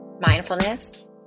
mindfulness